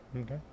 Okay